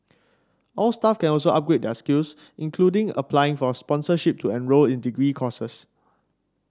all staff can also upgrade their skills including applying for sponsorship to enrol in degree courses